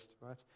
right